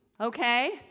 okay